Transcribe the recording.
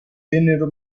vennero